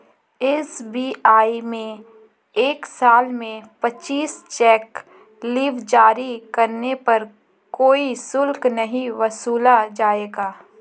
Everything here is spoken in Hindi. एस.बी.आई में एक साल में पच्चीस चेक लीव जारी करने पर कोई शुल्क नहीं वसूला जाएगा